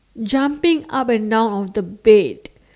jumping up and down on the bed